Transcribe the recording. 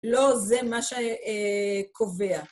לא זה מה שקובע.